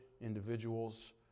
individuals